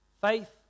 Faith